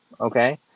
okay